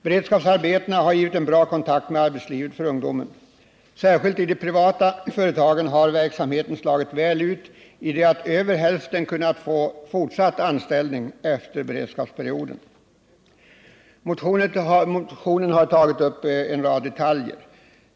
Beredskapsarbetena har givit ungdomarna en bra kontakt med arbetslivet. Särskilt i de privata företagen har verksamheten slagit väl ut i det att över hälften kunnat få fortsatt anställning efter beredskapsperioden. I motionen har vi tagit upp en rad detaljer.